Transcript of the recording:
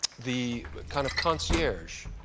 the kind of concierge,